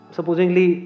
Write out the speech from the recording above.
Supposingly